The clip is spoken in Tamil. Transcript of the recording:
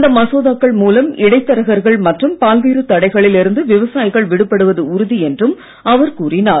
இந்த மசோதாக்கள் மூலம் இடைத் தரகர்கள் மற்றும் பல்வேறு தடைகளில் இருந்து விவசாயிகள் விடுபடுவது உறுதி என்றும் அவர் கூறினார்